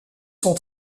sont